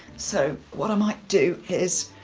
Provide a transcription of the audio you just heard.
so what i might do is,